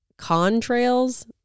contrails